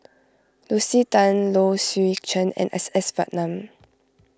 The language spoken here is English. Lucy Tan Low Swee Chen and S S Ratnam